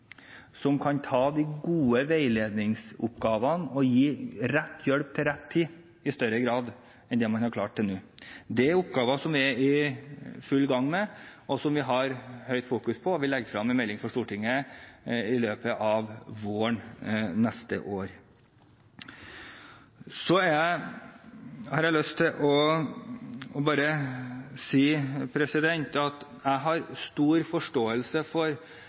som kan ta de gode veiledningsoppgavene og gi rett hjelp til rett tid i større grad enn det man har klart til nå? Det er oppgaver som vi er i full gang med, og som vi har høyt fokus på, og vi legger frem en melding for Stortinget i løpet av våren neste år. Så har jeg bare lyst til å si at jeg har stor forståelse for